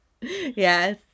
yes